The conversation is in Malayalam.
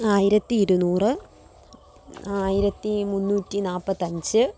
ആയിരത്തി ഇരുന്നൂറ് ആയിരത്തി മുന്നൂറ്റി നാല്പത്തിയഞ്ച്